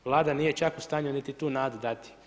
Vlada nije čak u stanju niti tu nadu dati.